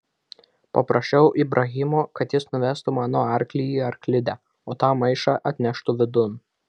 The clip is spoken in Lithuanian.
paprašiau ibrahimo kad jis nuvestų mano arklį į arklidę o tą maišą atneštų vidun